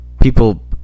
People